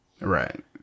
Right